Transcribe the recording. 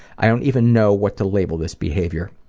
i don't even know what to label this behavior.